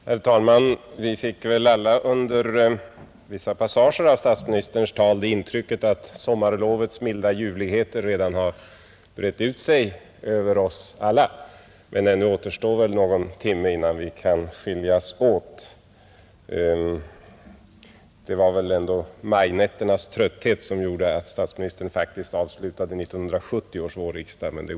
Herr talman! Vi fick väl under vissa passager av statsministerns tal det intrycket att sommarlovets milda ljuvligheter redan hade brett ut sig över oss alla; men ännu återstår säkert någon timme innan vi kan skiljas åt.